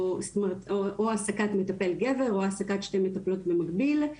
זאת אומרת או העסקת מטפל גבר או העסקת שתי מטפלות במקביל.